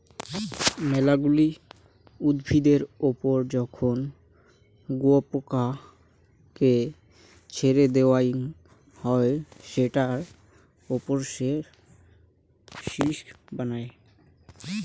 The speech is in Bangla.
মেলাগিলা উদ্ভিদের ওপর যখন শুয়োপোকাকে ছেড়ে দেওয়াঙ হই সেটার ওপর সে সিল্ক বানায়